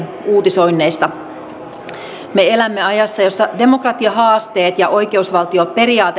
uutisoinneista me elämme ajassa jossa demokratiahaasteet ja oikeusvaltioperiaatetta uhkaavat kehityskulut